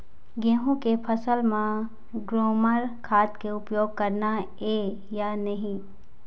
गेहूं के फसल म ग्रोमर खाद के उपयोग करना ये या नहीं?